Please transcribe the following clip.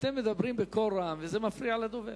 אתם מדברים בקול רם וזה מפריע לדובר.